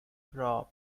crop